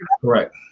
Correct